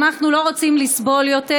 אנחנו לא רוצים לסבול יותר,